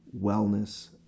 wellness